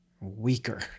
weaker